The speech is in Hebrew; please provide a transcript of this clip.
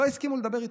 לא הסכימו לדבר איתי.